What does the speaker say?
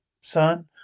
son